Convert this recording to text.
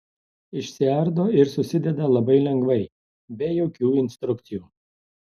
išsiardo ir susideda labai lengvai be jokių instrukcijų